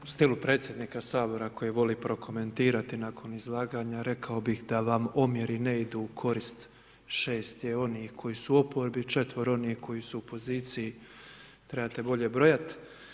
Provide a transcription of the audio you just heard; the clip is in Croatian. U stilu predsjednika Sabora koji voli prokomentirati nakon izlaganja, rekao bih da vam omjeri ne idu u korist, 6 je onih koji su u oporbi, 4.-ero onih koji su u poziciji, trebate bolje brojati.